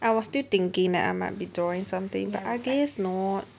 I was still thinking that I might be drawing something but I guess not